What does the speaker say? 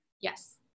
Yes